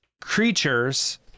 creatures